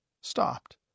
stopped